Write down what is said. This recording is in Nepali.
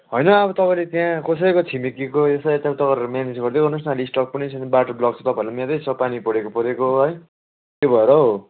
होइन अब तपाईँले त्यहाँ कसैको छिमेकीको यसो यताउता गरेर म्यानेज गर्दै गर्नुहोस् न अहिले स्टक पनि छैन बाटो ब्लक छ तपाईँहरूलाई यादै छ पानी परेको परेको है त्यो भएर हौ